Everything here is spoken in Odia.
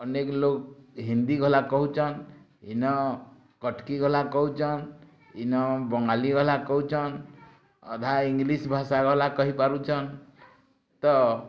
ଅନେକ ଲୋଗ୍ ହିନ୍ଦୀ ଗଲା କହୁଛନ୍ ଇନ କଟକୀ ଗଲା କହୁଛନ୍ ଇନ ବଙ୍ଗାଲି ଗଲା କହୁଛନ୍ ଅଧା ଇଂଲିଶ୍ ଭାଷା ଗଲା କହି ପାରୁଛନ୍ ତ